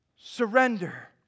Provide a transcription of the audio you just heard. Surrender